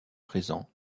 présent